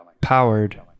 powered